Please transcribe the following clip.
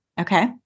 Okay